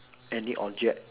any object